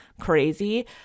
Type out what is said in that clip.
crazy